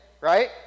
right